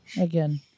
again